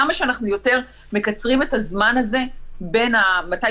כמה שאנחנו יותר מקצרים את הזמן הזה בין מתי